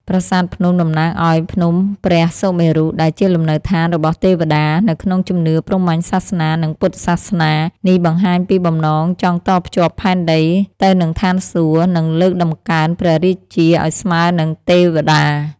ប្រាសាទភ្នំតំណាងឱ្យ ភ្នំព្រះសុមេរុ ដែលជាលំនៅដ្ឋានរបស់ទេពតា នៅក្នុងជំនឿព្រហ្មញ្ញសាសនា និងពុទ្ធសាសនា។ នេះបង្ហាញពីបំណងចង់តភ្ជាប់ផែនដីទៅនឹងឋានសួគ៌ និងលើកតម្កើងព្រះរាជាឱ្យស្មើនឹងទេពតា។